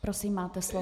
Prosím, máte slovo.